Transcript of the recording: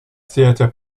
theatre